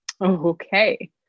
Okay